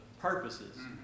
purposes